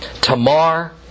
Tamar